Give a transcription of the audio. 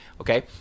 Okay